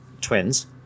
twins